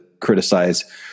criticize